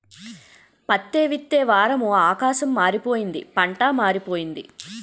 పత్తే విత్తే వారము ఆకాశం మారిపోయింది పంటా మారిపోయింది